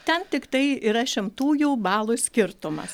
ten tiktai yra šimtųjų balų skirtumas